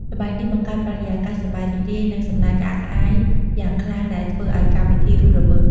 ល្បែងនេះបង្កើតបរិយាកាស សប្បាយរីករាយ និងសំណើចក្អាកក្អាយយ៉ាងខ្លាំង ដែលធ្វើឱ្យកម្មវិធីរស់រវើក។